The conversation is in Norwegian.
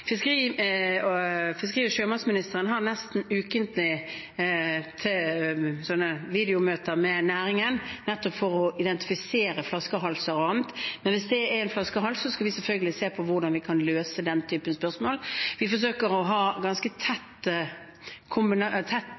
Fiskeri- og sjømatministeren har nesten ukentlig videomøter med næringen, nettopp for å identifisere flaskehalser og annet. Hvis det er en flaskehals, skal vi selvfølgelig se på hvordan vi kan løse den typen spørsmål. Vi forsøker å ha ganske tett